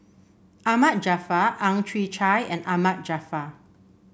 Ahmad Jaafar Ang Chwee Chai and Ahmad Jaafar